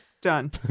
Done